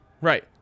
Right